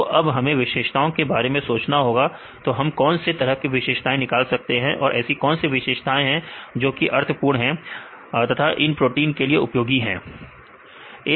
तो अब हमें विशेषताओं के बारे में सोचना होगा तो हम कौन से तरह के विशेषताएं निकाल सकते हैं और ऐसी कौन सी विशेषताएं हैं जोकि अर्थपूर्ण हैं था इन प्रोटीन के लिए उपयोगी है